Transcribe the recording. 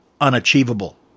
unachievable